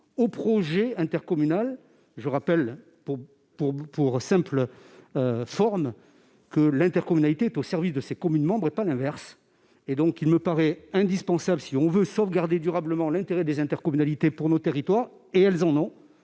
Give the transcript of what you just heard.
du projet intercommunal. Rappelons, pour la forme, que l'intercommunalité est au service de ses communes membres, et non l'inverse ! Il me paraît donc indispensable, si l'on veut sauvegarder durablement l'intérêt des intercommunalités pour nos territoires, intérêt bien réel